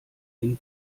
den